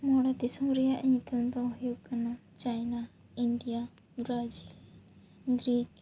ᱢᱚᱬᱮ ᱫᱤᱥᱚᱢ ᱨᱮᱱᱟᱜ ᱧᱩᱛᱩᱢ ᱫᱚ ᱦᱩᱭᱩᱜ ᱠᱟᱱᱟ ᱪᱟᱭᱱᱟ ᱤᱱᱰᱤᱭᱟ ᱵᱨᱟᱡᱤᱞ ᱜᱨᱤᱠ